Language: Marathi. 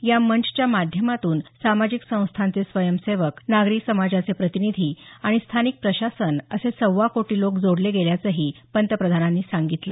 या मंचाच्या माध्यमातनं सामाजिक संस्थांचे स्वयंसेवक नागरी समाजाचे प्रतिनिधी आणि स्थानिक प्रशासन असे सव्वा कोटी लोक जोडले गेल्याचंही पंतप्रधान सांगितलं